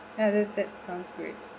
ya that that sounds great